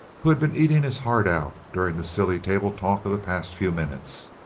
who had been eating his heart out during the silly table talk of the past few minutes.